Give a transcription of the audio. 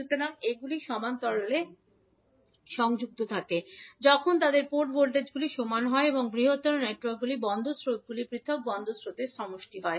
সুতরাং এগুলি সমান্তরালে সংযুক্ত থাকে যখন তাদের পোর্ট ভোল্টেজগুলি সমান হয় এবং বৃহত্তর নেটওয়ার্কগুলির পোর্ট স্রোতগুলি পৃথক পোর্ট স্রোতের সমষ্টি হয়